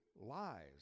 lies